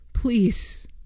please